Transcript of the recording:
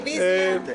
רביזיה.